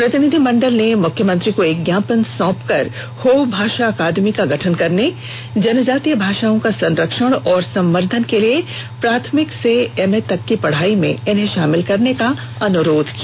प्रतिनिधि मंडल ने मुख्यमंत्री को एक ज्ञापन सौंप कर हो भाषा अकादमी का गठन करने ँजनजातीय भाषाओं का संरक्षण एवं संवर्धन के लिए प्राथमिक से एमए तक की पढ़ाई में इन्हें शामिल करने का अनुरोध किया